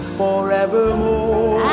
forevermore